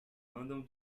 andam